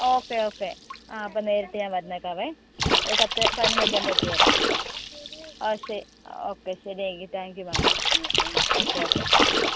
okay okay ആ അപ്പം നേരിട്ട് ഞാൻ വന്നേക്കാമേ ഒരു പത്ത് പതിനൊന്നാകുമ്പോഴത്തേക്കും എത്തിയേക്കാം ആ ശരി ഓക്കെ ശരി എങ്കിൽ thank you ma'am okay okay ആ